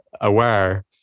aware